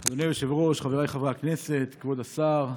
אדוני היושב-ראש, חבריי חברי הכנסת, כבוד השר,